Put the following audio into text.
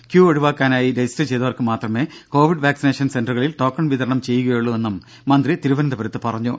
Q ഒഴിവാക്കാനായി register ചെയ്തവർക്ക് മാത്രമേ കോവിഡ് വാക്സിനേഷൻ സെന്ററുകളിൽ ടോക്കൺ വിതരണം ചെയ്യുകയുള്ളുവെന്നും മന്ത്രി തിരുവനന്തപുരത്ത് അറിയിച്ചു